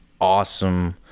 awesome